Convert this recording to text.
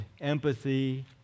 empathy